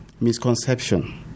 misconception